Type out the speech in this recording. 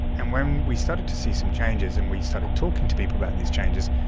and when we started to see some changes and we started talking to people about these changes,